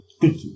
good